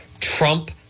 Trump